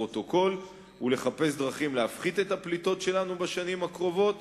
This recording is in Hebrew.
הפרוטוקול לחפש דרכים להפחית את הפליטות שלנו בשנים הקרובות.